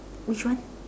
which one